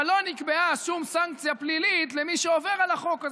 אבל לא נקבעה שום סנקציה פלילית למי שעובר על החוק הזה.